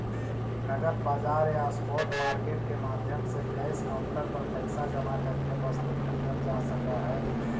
नगद बाजार या स्पॉट मार्केट के माध्यम से कैश काउंटर पर पैसा जमा करके वस्तु खरीदल जा सकऽ हइ